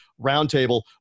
roundtable